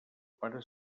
pare